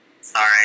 Sorry